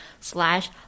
slash